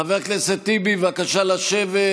חבר הכנסת טיבי, בבקשה לשבת.